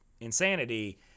insanity